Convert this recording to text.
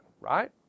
right